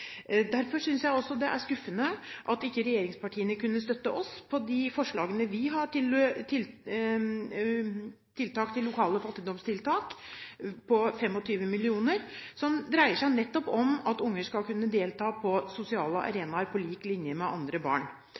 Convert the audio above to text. Derfor synes jeg det er skuffende at ikke regjeringspartiene kunne støtte oss på forslaget om 25 mill. kr til lokale fattigdomstiltak, som dreier seg nettopp om at barn skal kunne delta på sosiale arenaer på lik linje.